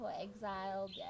exiled